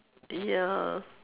ya